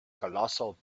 colossal